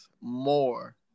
more